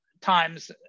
times